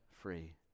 free